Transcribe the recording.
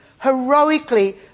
heroically